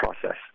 process